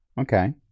Okay